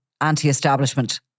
anti-establishment